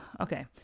okay